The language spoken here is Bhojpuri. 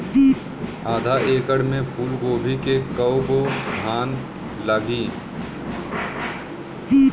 आधा एकड़ में फूलगोभी के कव गो थान लागी?